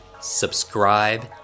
subscribe